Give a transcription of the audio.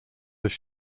have